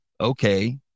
okay